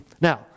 Now